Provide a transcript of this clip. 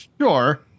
Sure